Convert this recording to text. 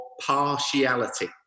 partiality